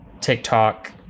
TikTok